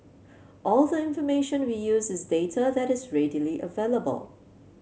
all the information we use is data that is readily available